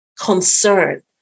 concern